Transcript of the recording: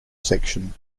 section